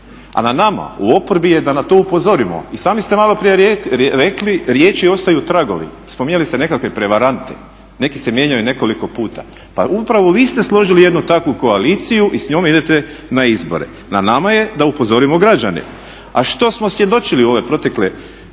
A na nama u oporbi je da na to upozorimo. I sami ste maloprije rekli riječi ostaju tragovi. Spominjali ste nekakve prevarante, neki se mijenjaju nekoliko puta. Pa upravo vi ste složili jednu takvu koaliciju i s njom idete na izbore. Na nama je da upozorimo građane. A što smo svjedočili u ove protekle 4